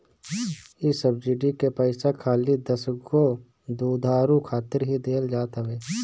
इ सब्सिडी के पईसा खाली दसगो दुधारू खातिर ही दिहल जात हवे